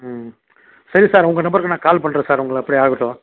ம் சரி சார் உங்கள் நம்பருக்கு நான் கால் பண்ணுறேன் சார் உங்களை அப்படியே ஆகட்டும்